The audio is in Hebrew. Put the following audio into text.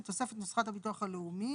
בתוספת נוסחת הביטוח הלאומי